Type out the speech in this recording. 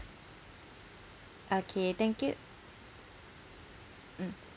okay thank you mm